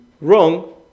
wrong